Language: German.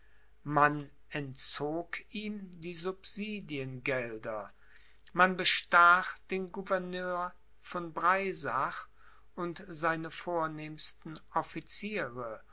man entzog ihm die subsidiengelder man bestach den gouverneur von breisach und seine vornehmsten officiere